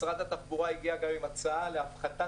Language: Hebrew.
ומשרד התחבורה הגיע גם עם הצעה להפחתת